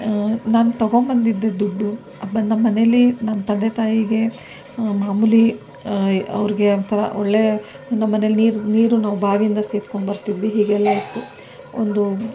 ನಾನು ತಗೊಂಡ್ಬಂದಿದ್ದು ದುಡ್ಡು ನಮ್ಮನೇಲಿ ನಮ್ಮ ತಂದೆ ತಾಯಿಗೆ ಮಾಮೂಲಿ ಅವ್ರಿಗೆ ಒಂಥರ ಒಳ್ಳೆ ನಮ್ಮನೇಲಿ ನೀರು ನೀರು ನಾವು ಬಾವಿಯಿಂದ ಸೇದ್ಕೊಂಡ್ಬರ್ತಿದ್ವಿ ಇದೆಲ್ಲ ಇತ್ತು ಒಂದು